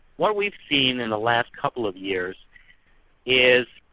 what we've seen in the last couple of years is,